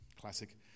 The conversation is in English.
Classic